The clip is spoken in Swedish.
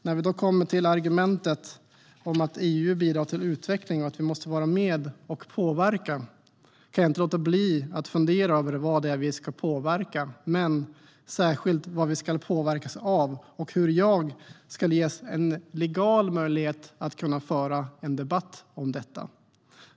När vi då kommer till argumentet att EU bidrar till utveckling och att vi måste vara med och påverka kan jag inte låta bli att fundera över vad vi ska påverka - men särskilt vad vi ska påverkas av och hur jag ska ges en legal möjlighet att föra en debatt om detta.